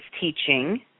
teaching